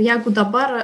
jeigu dabar